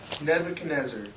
Nebuchadnezzar